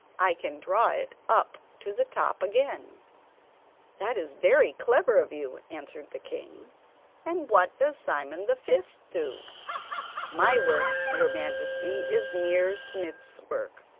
i can draw it up to the top again that is very clever of you answered the king and what does simon the fifth do my work, your majesty, is mere smith's work.